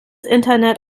internet